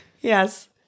Yes